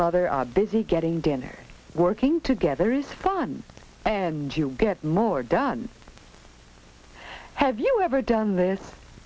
mother are busy getting dinner working together is fun and you'll get more done have you ever done this